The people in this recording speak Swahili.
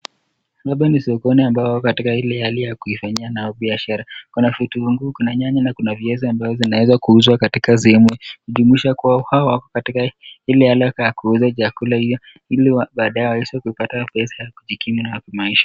Hapa ni sokoni ambao wako katika hali ile ya kuifanyia nayo biashara, kuna vitunguu, kuna nyanya na kuna viazi ambao zinaeza kuuzwa katika sehemu, kujumuisha kuwa hawa wako, katika ile hali yake ya kuuza vyakula hivyo ili baadae waweze kupata pesa ya kujikimu kimaisha.